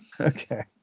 Okay